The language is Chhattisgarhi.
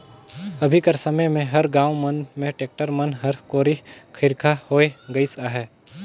अभी कर समे मे हर गाँव मन मे टेक्टर मन हर कोरी खरिखा होए गइस अहे